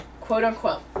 quote-unquote